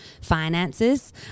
finances